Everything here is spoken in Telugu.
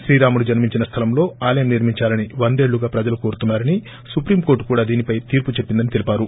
శ్రీరాముడు జన్మించిన స్వలంలో ఆలయం నిర్మించాలని వందేళ్లుగా ప్రజలు కోరుతున్నారని సుప్రీం కోర్టు కూడా దీనిపై తీర్పు చెప్పిందని తెలిపారు